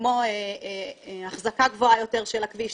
כמו אחזקה גבוהה יותר של הכביש,